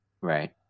Right